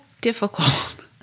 difficult